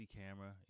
camera